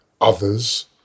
others